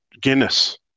Guinness